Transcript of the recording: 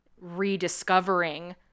rediscovering